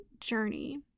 journey